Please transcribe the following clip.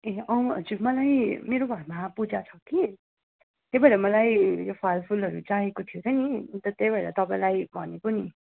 ए हजुर मलाई मेरो घरमा पूजा छ कि त्यही भएर मलाई फलफुलहरू चाहिएको थियो र नि अन्त त्यही भएर तपाईँलाई भनेको नि